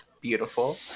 Beautiful